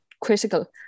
critical